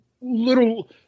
little